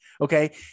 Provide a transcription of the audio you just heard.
Okay